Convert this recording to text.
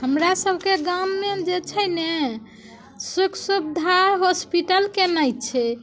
हमरा सबके गाममे जे छै ने सुख सुविधा होस्पिटलके नहि छै